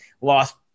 lost